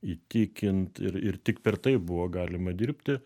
įtikint ir ir tik per tai buvo galima dirbti